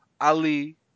Ali